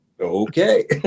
okay